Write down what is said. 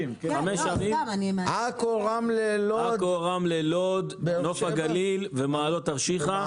ערים: עכו, רמלה, לוד, נוף הגליל ומעלות תרשיחא.